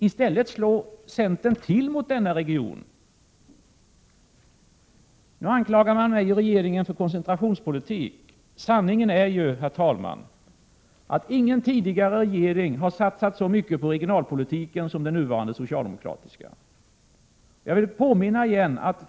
I stället slår centern till mot denna region. Nu anklagar centern mig för koncentrationspolitik. Sanningen är ju, herr talman, att ingen tidigare regering har satsat så mycket på regionalpolitiken som den nuvarande socialdemokratiska regeringen.